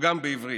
שתורגם לעברית.